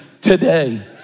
today